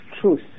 truth